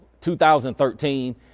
2013